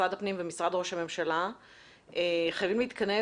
משרד הפנים ומשרד ראש הממשלה חייבים להתכנס.